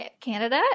Canada